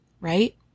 right